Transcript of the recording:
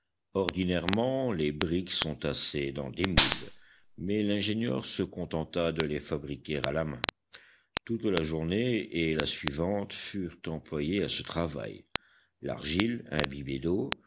ordinairement les briques sont tassées dans des moules mais l'ingénieur se contenta de les fabriquer à la main toute la journée et la suivante furent employées à ce travail l'argile imbibée d'eau